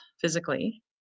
physically